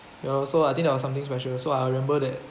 ya lor so I think that was something special so I remember that